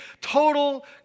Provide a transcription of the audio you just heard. total